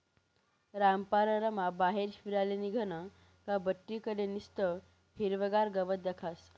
रामपाररमा बाहेर फिराले निंघनं का बठ्ठी कडे निस्तं हिरवंगार गवत दखास